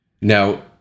Now